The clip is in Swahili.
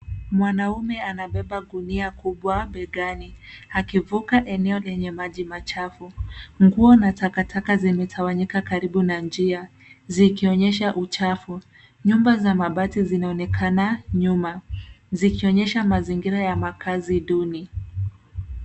Mwanaume anabeba gunia kubwa begani, akivuka eneo lenye maji machafu. Nguo na takataka zimetawanyika karibu na njia, zikionyesha uchafu. Nyumba za mabati zinaonekana nyuma, zikionyesha mazingira ya makazi duni.